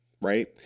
right